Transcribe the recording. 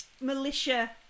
militia